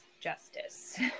justice